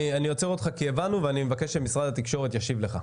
אני עוצר אותך כי הבנו ואני מבקש שמשרד התקשורת ישיב לך.